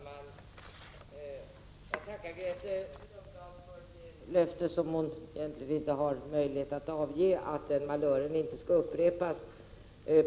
Herr talman! Jag tackar Grethe Lundblad för det löfte som hon egentligen inte har möjlighet att avge, nämligen att malören inte skall upprepas.